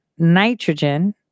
nitrogen